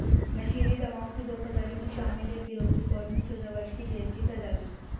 नशीली दवाओं की धोखाधड़ी में शामिल एक गिरोह को कोर्ट ने चौदह वर्ष की जेल की सज़ा दी